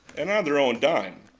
and on their own dime,